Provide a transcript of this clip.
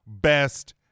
best